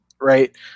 right